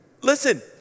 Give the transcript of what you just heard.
listen